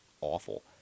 Awful